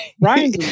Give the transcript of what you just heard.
Ryan